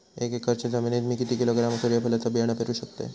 एक एकरच्या जमिनीत मी किती किलोग्रॅम सूर्यफुलचा बियाणा पेरु शकतय?